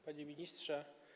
Panie Ministrze!